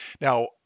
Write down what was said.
Now